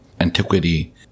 antiquity